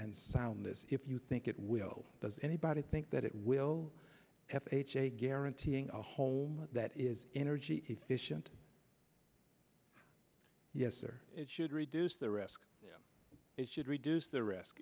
and soundness if you think it will does anybody think that it will f h a guaranteeing a home that is energy efficient yes or it should reduce the risk it should reduce the risk